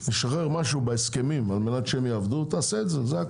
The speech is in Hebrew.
לשחרר משהו בהסכמים כדי שיעבדו - תעשה את זה.